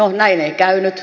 no näin ei käynyt